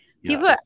People